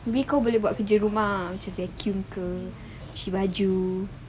bico boleh buat kerja rumah macam vacuum jer she laju